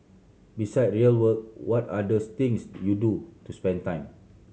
beside real work what are others things you do to spend time